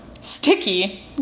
Sticky